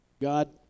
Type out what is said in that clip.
God